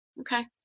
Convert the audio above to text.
okay